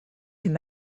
him